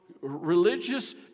religious